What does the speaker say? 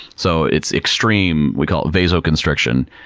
so it's extreme, we call it vasoconstriction,